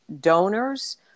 donors